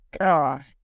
God